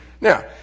Now